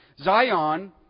Zion